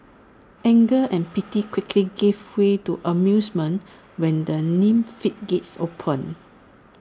anger and pity quickly gave way to amusement when the meme floodgates opened